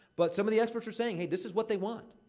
but some of the experts are saying, hey, this is what they want.